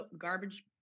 garbage